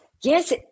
Yes